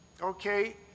Okay